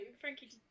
frankie